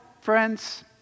friends